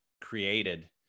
created